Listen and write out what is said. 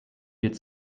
wird